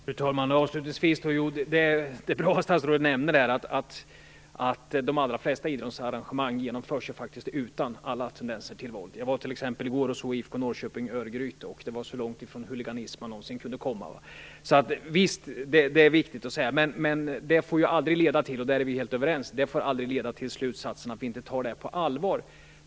Fru talman! Avslutningsvis vill jag säga att det är bra att statsrådet nämnde att de allra flesta idrottsarrangemang faktiskt genomförs utan alla tendenser till våld. Jag var t.ex. i går och såg IFK Norrköping Örgryte, och det var så långt från huliganism man någonsin kan komma. Visst är det viktigt att säga detta, men det får aldrig leda till - och där är vi helt överens - slutsatsen att vi inte tar det här på allvar.